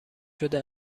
شده